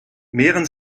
mehren